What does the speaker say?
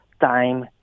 Time